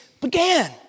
began